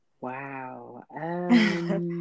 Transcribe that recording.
Wow